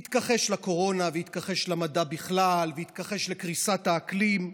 הוא התכחש לקורונה והתכחש למדע בכלל והתכחש לקריסת האקלים.